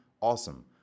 awesome